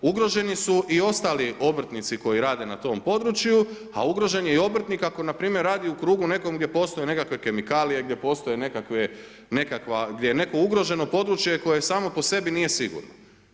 Ugroženi si i ostali obrtnici koji rade na tom području, a ugrožen je i obrtnik ako npr. radi u krugu nekom gdje postoje nekakve kemikalije, gdje postoje nekakva, gdje je neko ugroženo područje koje samo po sebi nije sigurno.